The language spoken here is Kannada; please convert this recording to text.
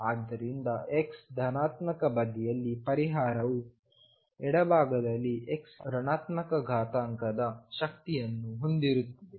ಆದ್ದರಿಂದ x ಧನಾತ್ಮಕ ಬದಿಯಲ್ಲಿ ಪರಿಹಾರವು ಎಡಭಾಗದಲ್ಲಿx ಋಣಾತ್ಮಕ ಘಾತಾಂಕದ ಶಕ್ತಿಯನ್ನು ಹೊಂದಿರುತ್ತದೆ